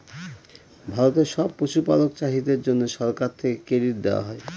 ভারতের সব পশুপালক চাষীদের জন্যে সরকার থেকে ক্রেডিট দেওয়া হয়